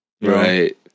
right